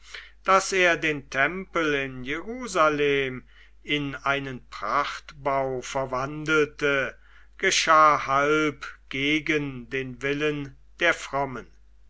daß er den tempel in jerusalem in einen prachtbau verwandelte geschah halb gegen den willen der frommen